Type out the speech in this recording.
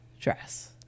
dress